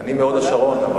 אני מהוד-השרון.